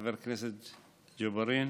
חבר הכנסת ג'בארין,